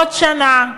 עוד שנה.